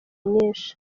nyinshi